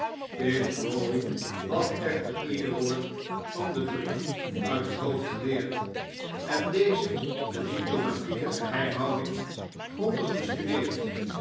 crawley had echter ieder woord van den brief uit het hoofd geleerd en dezen met diplomatieke geheimhouding grondig bestudeerd